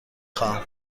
خواهم